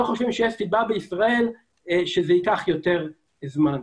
חושבים שיש סיבה שבישראל זה ייקח יותר זמן.